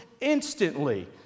instantly